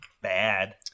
bad